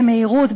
במהירות,